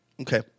Okay